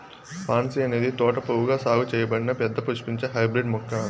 pansy అనేది తోట పువ్వుగా సాగు చేయబడిన పెద్ద పుష్పించే హైబ్రిడ్ మొక్క